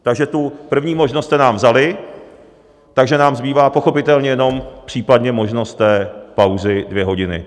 Takže první možnost jste nám vzali a nám zbývá pochopitelně jenom případně možnost té pauzy dvě hodiny.